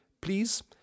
please